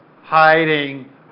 hiding